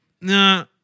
No